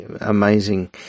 amazing